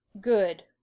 Good